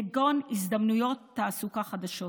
כגון הזדמנויות תעסוקה חדשות.